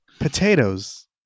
Potatoes